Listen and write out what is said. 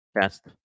test